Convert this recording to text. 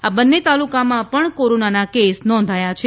આ બંને તાલુકામાં પણ કોરોનાના કેસ નોંધાયાં છે